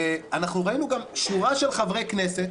וראינו גם שורה של חברי כנסת